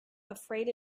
afraid